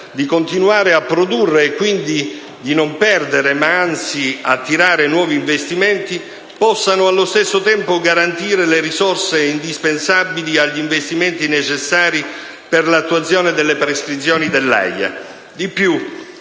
di continuare a produrre, e quindi di non perdere ma, anzi, attirare nuovi investimenti, possano allo stesso tempo garantire le risorse indispensabili agli investimenti necessari per l'attuazione delle prescrizioni dell'AIA.